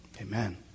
amen